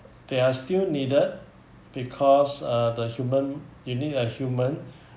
they are still needed because uh the human you need a human